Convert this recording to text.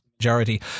Majority